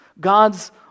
God's